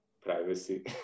Privacy